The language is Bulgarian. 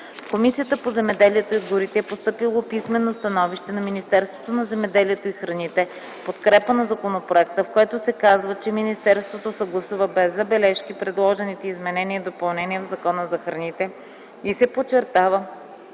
Комисията по земеделието и горите е постъпило писмено становище на Министерството на земеделието и храните в подкрепа на законопроекта, в което се казва, че министерството съгласува без забележки предложените изменения и допълнения в Закона за храните и се подчертава,